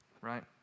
Right